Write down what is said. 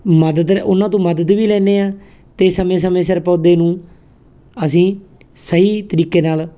ਮਦਦ ਉਹਨਾਂ ਤੋਂ ਮਦਦ ਵੀ ਲੈਂਦੇ ਹਾਂ ਅਤੇ ਸਮੇਂ ਸਮੇਂ ਸਿਰ ਪੌਦੇ ਨੂੰ ਅਸੀਂ ਸਹੀ ਤਰੀਕੇ ਨਾਲ